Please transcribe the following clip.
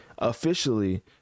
officially